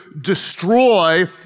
destroy